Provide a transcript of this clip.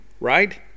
right